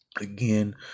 again